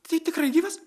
tai tikrai gyvas